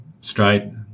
straight